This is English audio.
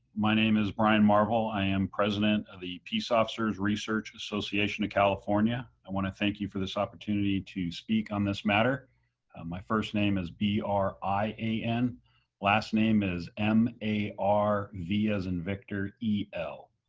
my name is brian marvel i am president of the peace officers research association of california. i want to thank you for this opportunity to speak on this matter. brian marvel my first name is be our i a n last name is m. a. r. v as in victor e. l.